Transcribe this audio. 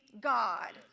God